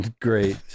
Great